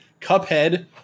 Cuphead